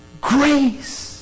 grace